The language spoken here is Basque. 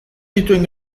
dituen